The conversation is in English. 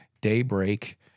daybreak